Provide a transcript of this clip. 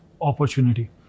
opportunity